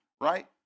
right